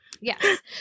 Yes